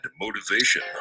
motivation